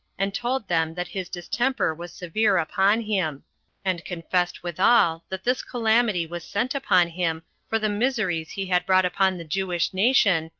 and told them that his distemper was severe upon him and confessed withal, that this calamity was sent upon him for the miseries he had brought upon the jewish nation,